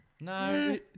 No